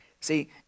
See